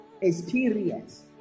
experience